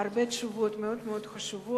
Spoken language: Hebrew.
הרבה תשובות מאוד מאוד חשובות